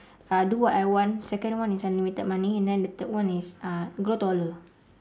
uh do what I want second one is unlimited money and then the third one is uh grow taller